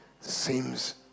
seems